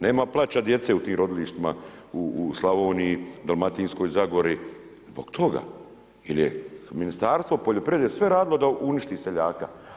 Nema plaća djece u tim rodilištima u Slavoniji, Dalmatinskoj zagori, zbog toga jer je Ministarstvo poljoprivrede sve radilo da uništi seljaka.